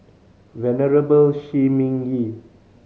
Venerable Shi Ming Yi